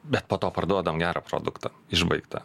bet po to parduodam gerą produktą išbaigtą